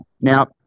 Now